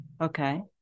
Okay